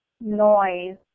noise